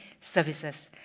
Services